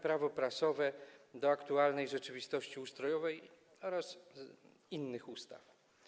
Prawo prasowe do aktualnej rzeczywistości ustrojowej oraz innych ustaw.